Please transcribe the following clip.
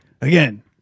Again